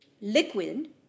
liquid